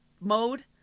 mode